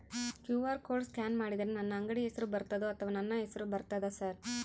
QR code scan ಮಾಡಿದರೆ ನನ್ನ ಅಂಗಡಿ ಹೆಸರು ಬರ್ತದೋ ಅಥವಾ ನನ್ನ ಹೆಸರು ಬರ್ತದ ಸರ್?